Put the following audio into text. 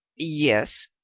yes?